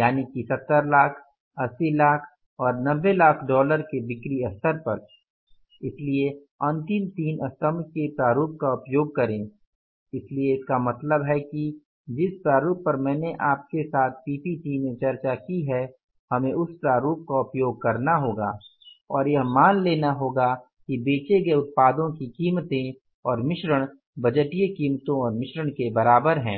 यानी कि 70 लाख 80 लाख और 90 लाख डॉलर के बिक्री स्तर पर इसलिए अंतिम तीन स्तम्भ के प्रारूप का उपयोग करें इसलिए इसका मतलब है कि जिस प्रारूप पर मैंने आपके साथ पीपीटी में चर्चा की है हमें उस प्रारूप का उपयोग करना होगा और यह मान लेना होगा कि बेचे गए उत्पादों की कीमतें और मिश्रण बजटीय कीमतों और मिश्रण के बराबर हैं